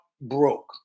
broke